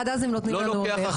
עד אז הם נותנים לנו לאכול.